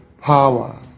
power